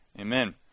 amen